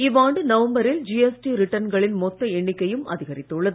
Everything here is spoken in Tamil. இவ்வாண்டு நவம்பரில் ஜிஎஸ்டி ரிட்டர்ன்களின் மொத்த எண்ணிக்கையும் அதிகரித்துள்ளது